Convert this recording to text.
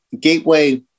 gateway